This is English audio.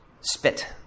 spit